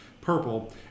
purple